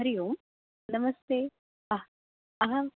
हरिः ओं नमस्ते अहम् अहम्